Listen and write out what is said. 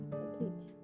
complete